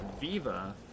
Viva